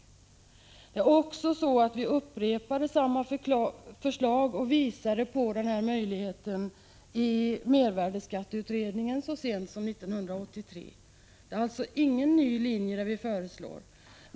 Vi upprepade också samma förslag och visade på den här möjligheten i mervärdeskatteutredningen så sent som 1983. Det är alltså ingen ny linje vi föreslår.